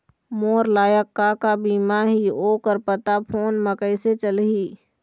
मोर लायक का का बीमा ही ओ कर पता फ़ोन म कइसे चलही?